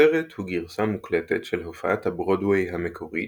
הסרט הוא גרסה מוקלטת של הופעת הברודוויי המקורית,